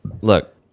Look